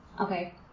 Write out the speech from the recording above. Okay